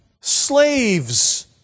slaves